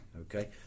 Okay